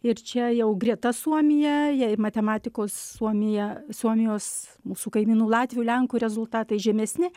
ir čia jau greta suomija jei matematikos suomija suomijos mūsų kaimynų latvių lenkų rezultatai žemesni